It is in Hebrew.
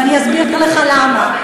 ואני אסביר לך למה.